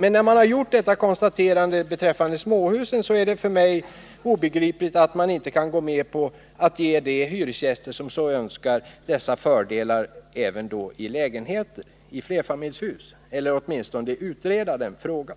Men när man har gjort detta konstaterande beträffande småhusen är det för mig obegripligt att man inte kan gå med på att ge de hyresgäster som så önskar dessa fördelar även i lägenheter i flerfamiljshus eller att åtminstone utreda frågan.